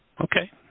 Okay